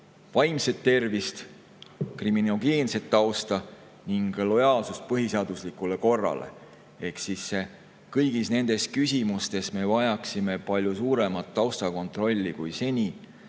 vaimset tervist, kriminogeenset tausta ning lojaalsust põhiseaduslikule korrale. Kõigis nendes küsimustes me vajaksime palju suuremat taustakontrolli kui seni.